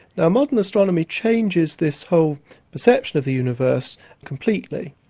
now, modern astronomy changes this whole perception of the universe completely.